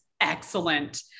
excellent